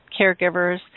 caregivers